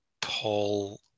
Paul